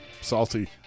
Salty